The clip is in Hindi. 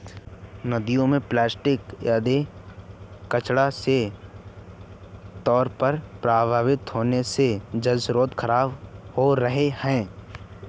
नदियों में प्लास्टिक आदि कचड़ा के तौर पर प्रवाहित होने से जलस्रोत खराब हो रहे हैं